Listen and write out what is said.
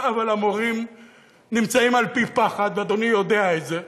אבל המורים נמצאים על פי-פחת, ואדוני יודע את זה,